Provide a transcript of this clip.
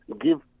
give